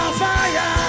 fire